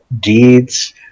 deeds